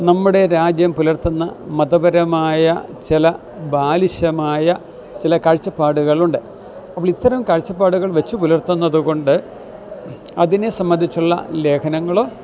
നമ്മുടെ രാജ്യം പുലർത്തുന്ന മതപരമായ ചില ബാലിശമായ ചില കാഴ്ചപ്പാടുകളുണ്ട് അപ്പോൾ ഇത്തരം കാഴ്ചപ്പാടുകൾ വെച്ചുപുലർത്തുന്നത് കൊണ്ട് അതിനെ സംബന്ധിച്ചുള്ള ലേഖനങ്ങളോ